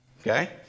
okay